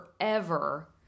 forever